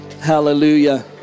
hallelujah